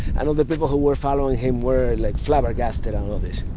and all the people who were following him were like flabbergasted and all this.